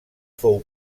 fou